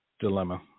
dilemma